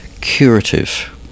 curative